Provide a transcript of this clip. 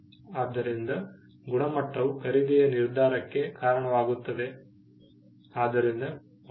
ಆದ್ದರಿಂದ ಗುಣಮಟ್ಟವು ಖರೀದಿಯ ನಿರ್ಧಾರಕ್ಕೆ ಕಾರಣವಾಗುತ್ತದೆ